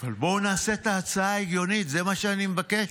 אבל בואו נעשה את ההצעה הגיונית, זה מה שאני מבקש.